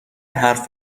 حرف